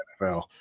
NFL